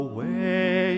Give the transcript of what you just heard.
Away